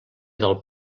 del